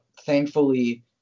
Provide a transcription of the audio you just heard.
thankfully